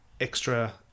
extra